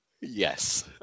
Yes